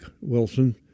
Wilson